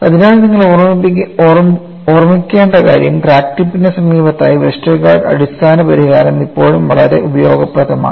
അതിനാൽ നിങ്ങൾ ഓർമ്മിക്കേണ്ട കാര്യം ക്രാക്ക് ടിപ്പിന് സമീപത്തായി വെസ്റ്റർഗാർഡിന്റെ അടിസ്ഥാന പരിഹാരം ഇപ്പോഴും വളരെ ഉപയോഗപ്രദമാണ്